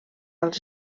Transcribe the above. als